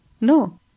No